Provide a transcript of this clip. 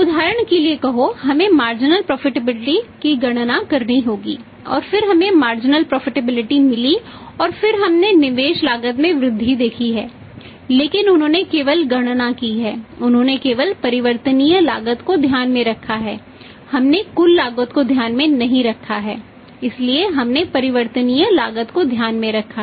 उदाहरण के लिए कहो हमें मार्जिनल अवधि और खराब ऋण घाटे को ध्यान में रखा है